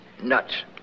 Nuts